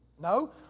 No